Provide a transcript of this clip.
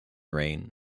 reign